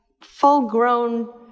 full-grown